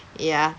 ya